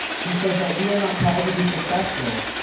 who says that, we are not called to be successful,